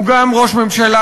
הוא גם ראש ממשלה,